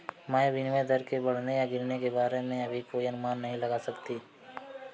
मैं विनिमय दर के बढ़ने या गिरने के बारे में अभी कोई अनुमान नहीं लगा सकती